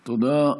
תודה.